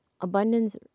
abundance